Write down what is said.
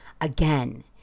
Again